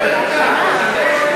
בסדר?